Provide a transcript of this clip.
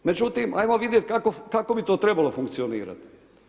Međutim, ajmo vidjeti, kako bi to trebalo funkcionirati.